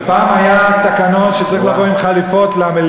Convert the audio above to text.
ופעם היו תקנות שצריך לבוא למליאה בחליפות.